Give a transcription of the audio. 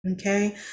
okay